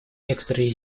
некоторые